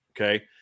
okay